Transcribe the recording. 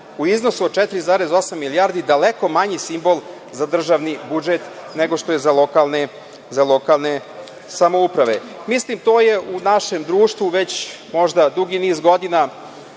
u iznosu od 4,8 milijardi daleko manji simbol za državni budžet nego što je za lokalne samouprave. Mislim, to je u našem društvu već možda dugi niz godina